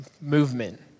movement